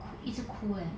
哭一直哭 leh